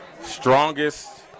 strongest